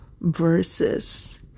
verses